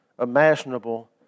imaginable